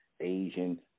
Asian